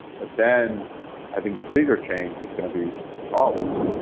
but then i think the bigger change is going to be college.